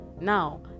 Now